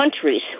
countries